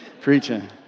preaching